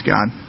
God